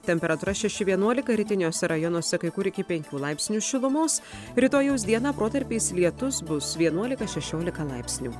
temperatūra šeši vienuolika rytiniuose rajonuose kai kur iki penkių laipsnių šilumos rytojaus dieną protarpiais lietus bus vienuolika šešiolika laipsnių